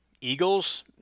Eagles